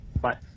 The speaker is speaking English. Bye